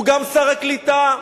הוא גם שר הקליטה,